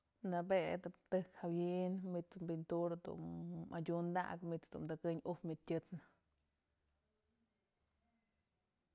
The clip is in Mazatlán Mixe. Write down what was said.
Nabetëp tëjk jawi'in manytë binturë dun adyudakëp, manytë dun tëkënyë ujpë manytë tyët'snë.